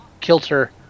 kilter